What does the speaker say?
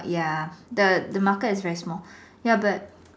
ya the the market is very small ya but